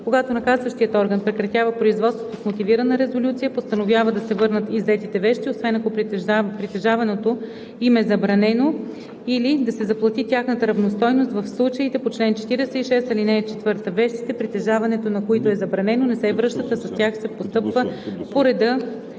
Когато наказващият орган прекратява производството с мотивирана резолюция, постановява да се върнат иззетите вещи, освен ако притежаването им е забранено, или да се заплати тяхната равностойност в случаите по чл. 46, ал. 4. Вещите, притежаването на които е забранено, не се връщат, а с тях се постъпва по реда,